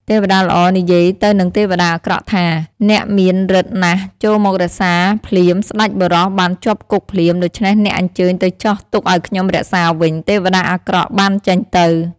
ទេវតាល្អនិយាយទៅនឹងទេវតាអាក្រក់ថា “អ្នកមានរិទ្ធិណាស់ចូលមករក្សាភ្លាមស្តេចបុរសបានជាប់គុកភ្លាមដូច្នេះអ្នកអញ្ជើញទៅចុះទុកអោយខ្ញុំរក្សាវិញ ទេវតាអាក្រក់បានចេញទៅ។